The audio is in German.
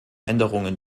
änderungen